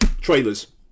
Trailers